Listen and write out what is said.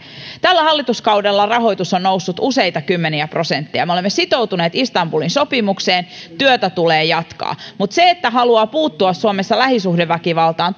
tällä hallituskaudella rahoitus on noussut useita kymmeniä prosentteja me olemme sitoutuneet istanbulin sopimukseen työtä tulee jatkaa mutta jos haluaa puuttua suomessa lähisuhdeväkivaltaan